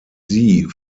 sie